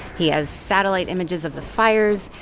he has satellite images of the fires.